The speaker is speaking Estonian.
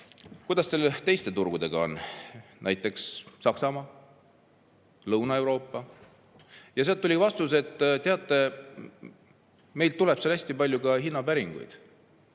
kuidas teiste turgudega on, näiteks Saksamaa ja Lõuna-Euroopa. Sealt tuli vastus, et teate, meile tuleb sealt hästi palju hinnapäringuid.